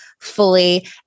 fully